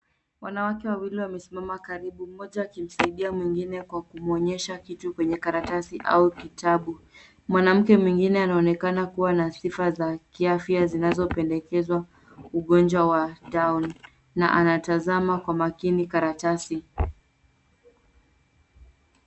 Wanawake wawili wamesimama karibu, mmoja akimsaidia mwingine kwa kumuonyesha kitu kwenye karatasi au kitabu . Mwanamke mwingine anaonekana kuwa na sifa za kiafya zinazopendekezwa ugonjwa wa down , na anatazama kwa makini karatasi.